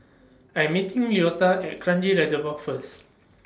I'm meeting Leota At Kranji Reservoir First